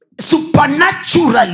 Supernaturally